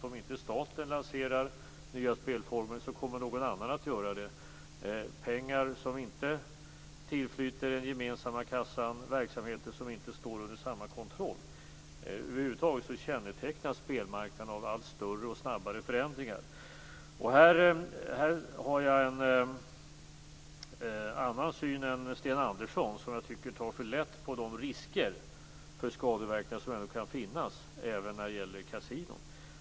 Om inte staten lanserar nya spelformer kan någon annan göra det, dvs. det blir pengar som inte flyter in till den gemensamma kassan och verksamheter som inte står under kontroll. Över huvud taget kännetecknas spelmarknaden av allt större och snabbare förändringar. Här har jag en annan syn än Sten Andersson, som jag tycker tar för lätt på de risker för skadeverkningar som kan finnas även för kasinon.